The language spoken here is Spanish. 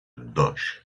dos